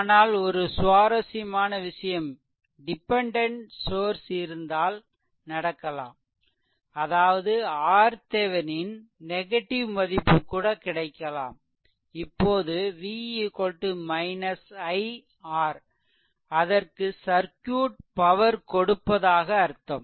ஆனால் ஒரு சுவாரசியமான விஷயம் டிபெண்டென்ட் சோர்ஸ் இருந்தால் நடக்கலாம் அதாவது RThevenin நெகடிவ் மதிப்பு கூட கிடைக்கலாம் அப்போது V i R அதற்கு சர்க்யூட் பவர் கொடுப்பதாக அர்த்தம்